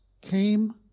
came